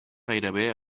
gairebé